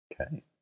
Okay